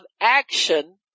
action